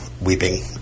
weeping